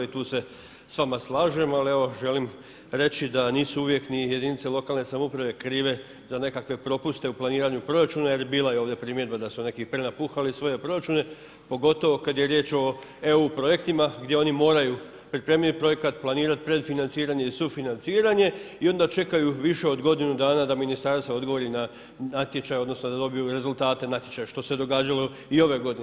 Tu se s vama slažem, ali evo želim reći da nisu uvijek ni jedinice lokalne samouprave krive za nekakve propuste u planiranju proračuna, jel bila je ovdje primjedba da su neki prenapuhali svoje proračune, pogotovo kad je riječ o EU projektima gdje oni moraju pripremiti projekat, planirat pred financiranje i sufinanciranje i onda čekaju više od godinu dana da ministarstvo odgovori na natječaj, odnosno da dobiju rezultate natječaja, što se događalo i ove godine.